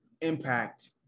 impact